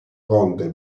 conte